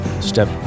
Step